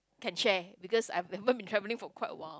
can share because I I haven't been travelling for quite a while